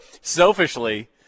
selfishly